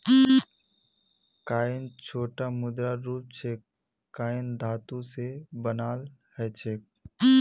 coin छोटो मुद्रार रूप छेक कॉइन धातु स बनाल ह छेक